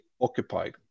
occupied